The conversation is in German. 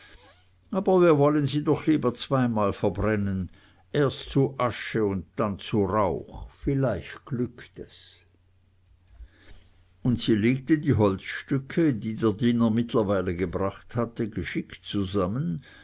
aber wir wollen sie doch lieber zweimal verbrennen erst zu asche und dann zu rauch vielleicht glückt es und sie legte die holzstücke die der diener mittlerweile gebracht hatte geschickt zusammen